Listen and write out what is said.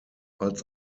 als